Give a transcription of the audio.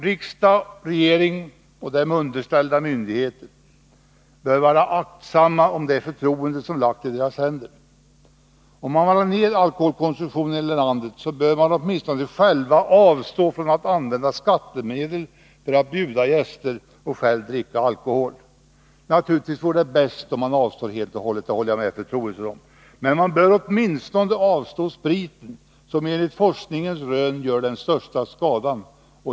Riksdag, regering och dem underställda myndigheter bör vara aktsamma om det förtroende som lagts i deras händer. Om man vill ha ned alkoholkonsumtionen i landet, så bör man åtminstone själv avstå från att använda skattemedel för att bjuda gäster och själv dricka alkohol. Naturligtvis vore det bäst om man avstod helt och hållet, det håller jag med fru Troedsson om, men man bör åtminstone avstå från spriten, som enligt forskningens rön gör den största skadan.